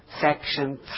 section